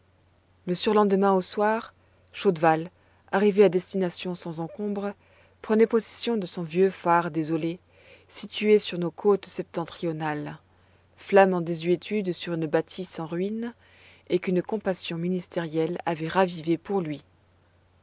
le surlendemain au soir chaudval arrivé à destination sans encombre prenait possession de son vieux phare désolé situé sur nos côtes septentrionales flamme en désuétude sur une bâtisse en ruine et qu'une compassion ministérielle avait ravivée pour lui